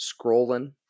scrolling